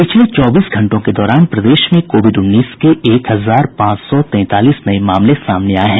पिछले चौबीस घंटों के दौरान प्रदेश में कोविड उन्नीस के एक हजार पांच सौ तैंतालीस नये मामले सामने आये हैं